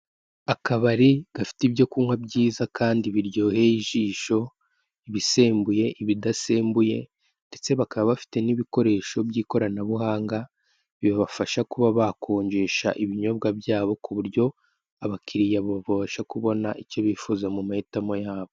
Akabari gafite ibyo kunywa byiza kandi biryoheye ijisho, ibisembuye, ibidasembuyo, ndetse bakaba bafite n'ibikoresho by'ikoranabuhanga bibafasha kuba bakonjesha ibinyobwa byabo ku buryo abakiriya babasha kubona icyo bifuza mu mahitamo yabo.